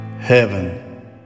Heaven